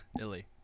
Illy